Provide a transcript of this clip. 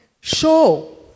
show